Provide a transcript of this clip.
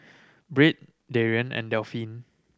Britt Darrien and Delphin